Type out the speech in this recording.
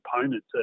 component